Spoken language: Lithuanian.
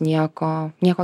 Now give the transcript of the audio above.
nieko nieko